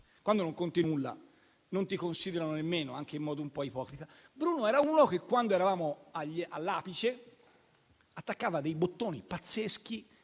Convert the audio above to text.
quando non conti nulla, non ti considerano nemmeno, anche in modo un po' ipocrita. Bruno era uno che quando eravamo all'apice attaccava dei bottoni pazzeschi,